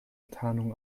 tarnung